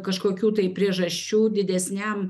kažkokių tai priežasčių didesniam